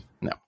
no